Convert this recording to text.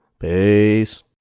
Peace